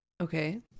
Okay